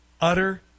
Utter